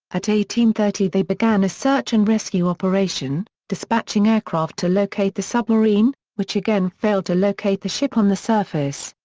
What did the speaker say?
at eighteen thirty they began a search and rescue operation, dispatching aircraft to locate the submarine, which again failed to locate the ship on the surface.